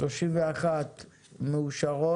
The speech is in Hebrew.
31 אושרו